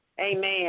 Amen